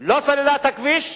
לא סללה את הכביש,